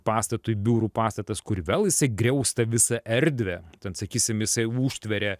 pastatui biurų pastatas kur vėl jisai griaus tą visą erdvę ten sakysim jisai užtveria